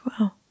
Wow